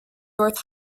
north